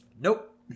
Nope